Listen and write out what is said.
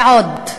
ועוד,